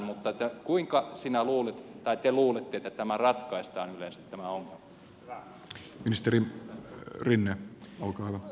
mutta kuinka te luulette että tämä ongelma yleensä ratkaistaan